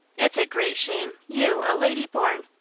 it's a great shame you, a lady born.